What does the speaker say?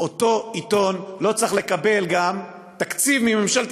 אותו עיתון לא צריך לקבל גם תקציב מממשלת